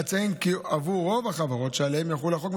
אציין כי עבור רוב החברות שעליהן יחול החוק,